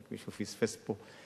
מישהו פספס פה.